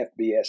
FBS